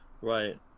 Right